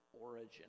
origin